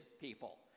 people